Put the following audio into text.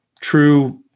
true